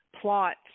plots